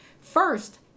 First